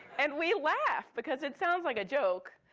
and we laughed because it sounds like a joke.